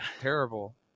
terrible